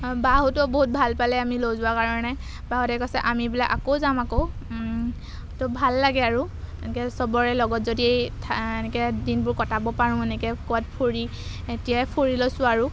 বাহঁতেও বহুত ভাল পালে আমি লৈ যোৱাৰ কাৰণে বাহঁতে কৈছে আমি বোলে আকৌ যাম আকৌ তো ভাল লাগে আৰু এনেকৈ চবৰে লগত যদি এনেকৈ দিনবোৰ কটাব পাৰোঁ এনেকৈ ক'ৰবাত ফুৰি এতিয়াই ফুৰি লৈছোঁ আৰু